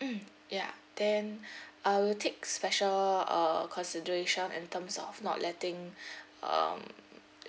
mm ya then I will take special uh consideration in terms of not letting um